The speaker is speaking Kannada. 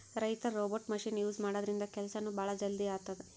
ರೈತರ್ ರೋಬೋಟ್ ಮಷಿನ್ ಯೂಸ್ ಮಾಡದ್ರಿನ್ದ ಕೆಲ್ಸನೂ ಭಾಳ್ ಜಲ್ದಿ ಆತದ್